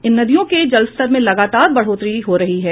इन नदियों के जलस्तर में लगातार बढ़ोतरी हो रही है